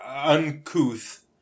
uncouth